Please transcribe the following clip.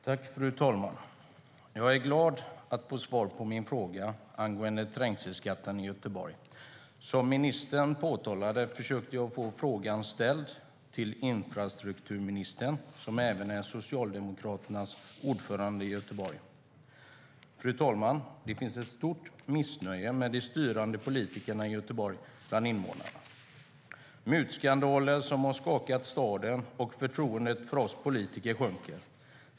Fru talman! Jag är glad att få svar på min fråga angående trängselskatten i Göteborg. Som ministern påtalade försökte jag få frågan ställd till infrastrukturministern, som även är Socialdemokraternas ordförande i Göteborg.Fru talman! Det finns ett stort missnöje bland invånarna med de styrande politikerna i Göteborg. Mutskandaler har skakat staden, och förtroendet för oss politiker sjunker.